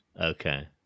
okay